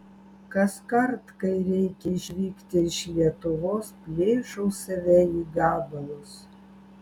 kaskart kai reikia išvykti iš lietuvos plėšau save į gabalus